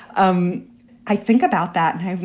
um i think about that. and i.